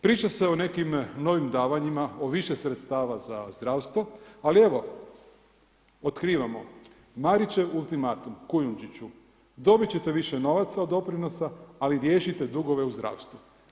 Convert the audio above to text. Priča se o nekim novim davanjima, o više sredstava za zdravstvo ali evo, otkrivamo Marićev ultimatum Kujundžiću, dobit ćete više novaca od doprinosa ali riješite dugove u zdravstvu.